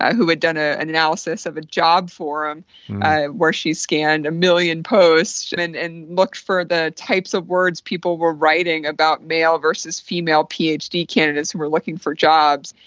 ah who had done ah an analysis of a jobs forum where she scanned a million posts and and looked for the types of words people were writing about male versus female ph d. candidates who were looking for jobs.